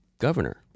governor